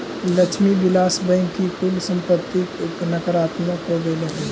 Lakshmi Vilas bank की कुल संपत्ति नकारात्मक हो गेलइ हल